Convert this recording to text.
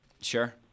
Sure